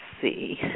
see